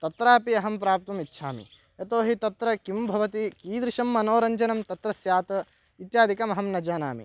तत्रापि अहं प्राप्तुम् इच्छामि यतो हि तत्र किं भवति कीदृशं मनोरञ्जनं तत्र स्यात् इत्यादिकम् अहं न जानामि